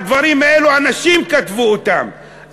את הדברים האלה כתבו אנשים.